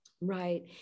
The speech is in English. right